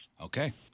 Okay